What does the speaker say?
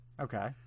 Okay